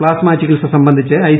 plasma ചികിൽസ സംബന്ധിച്ച് I